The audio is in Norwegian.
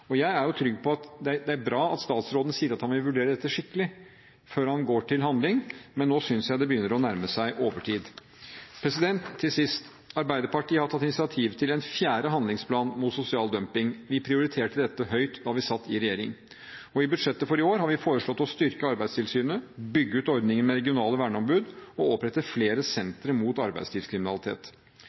Det er bra at statsråden sier han vil vurdere dette skikkelig før han går til handling, men nå synes jeg det begynner å nærme seg overtid. Til sist: Arbeiderpartiet har tatt initiativet til en fjerde handlingsplan mot sosial dumping. Vi prioriterte dette høyt da vi satt i regjering. I budsjettet for i år har vi foreslått å styrke Arbeidstilsynet, bygge ut ordningen med regionale verneombud og opprette flere sentre mot arbeidslivskriminalitet.